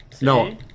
No